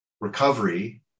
recovery